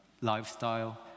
lifestyle